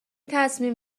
تصمیم